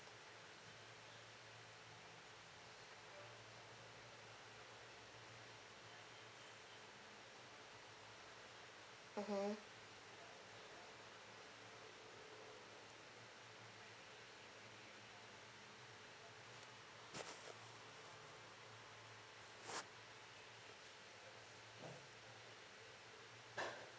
mmhmm